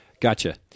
gotcha